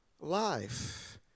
life